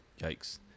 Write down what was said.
yikes